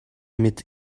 mit